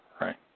right